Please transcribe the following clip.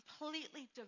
completely